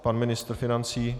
Pan ministr financí?